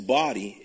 body